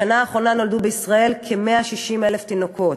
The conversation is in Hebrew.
בשנה האחרונה נולדו בישראל כ-160,000 תינוקות,